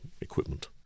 equipment